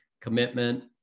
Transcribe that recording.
commitment